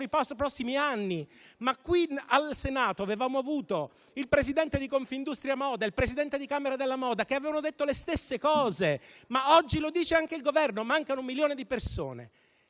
i prossimi anni. Qui al Senato abbiamo avuto il presidente di Confindustria Moda e il presidente della Camera nazionale della moda che hanno detto le stesse cose. Oggi lo dice anche il Governo: mancano un milione di persone.